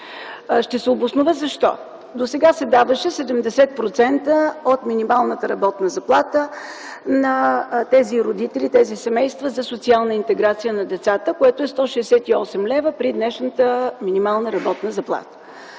Ще се обоснова защо. Досега се даваше 70% от минималната работна заплата на тези семейства за социална интеграция на децата, което е 168 лв. при днешната минимална работна заплата.